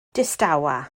distawa